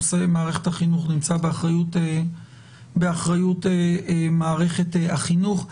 נושא מערכת החינוך נמצא באחריות מערכת החינוך.